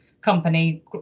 company